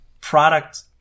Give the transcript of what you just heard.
product